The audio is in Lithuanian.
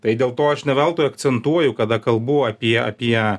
tai dėl to aš ne veltui akcentuoju kada kalbu apie apie